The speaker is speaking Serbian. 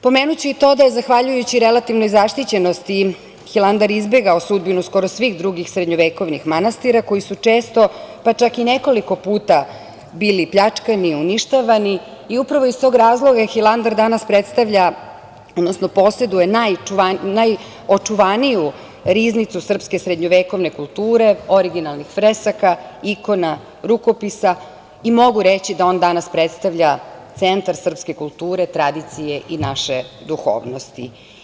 Pomenuću i to da je zahvaljujući relativnoj zaštićenosti Hilandar izbegao sudbinu skoro svih drugih srednjevekovnih manastira koji su često, pa čak i nekoliko puta bili pljačkani, uništavani i upravo iz tog razloga Hilandar danas predstavlja, odnosno poseduje najočuvaniju riznicu srpske srednjovekovne kulture, originalnih fresaka, ikona, rukopisa i mogu reći da on danas predstavlja centar srpske kulture, tradicije i naše duhovnosti.